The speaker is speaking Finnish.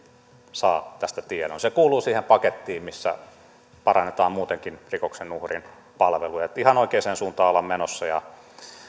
saa tästä tiedon se kuuluu siihen pakettiin missä parannetaan muutenkin rikoksen uhrin palveluja ihan oikeaan suuntaan ollaan menossa ja